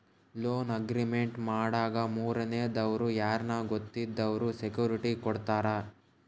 loan agreement ಮಾಡಾಗ ಮೂರನೇ ದವ್ರು ಯಾರ್ನ ಗೊತ್ತಿದ್ದವ್ರು ಸೆಕ್ಯೂರಿಟಿ ಕೊಡ್ತಾರ